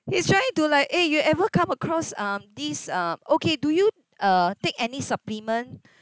he's trying to like eh you ever come across um this um okay do you uh take any supplement